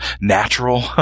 natural